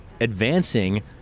advancing